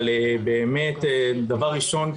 אבל דבר ראשון,